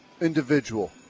individual